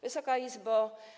Wysoka Izbo!